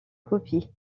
copie